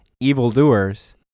evildoers